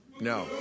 No